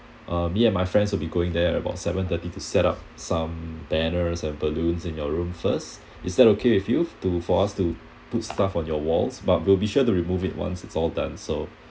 uh me and my friends will be going there about seven thirty to set up some banners and balloons in your room first is that okay with you to for us to put stuff on your walls but we'll be sure to remove it once it's all done so